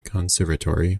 conservatory